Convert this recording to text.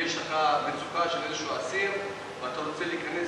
יש לך מצוקה של איזשהו אסיר ואתה רוצה להיכנס